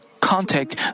contact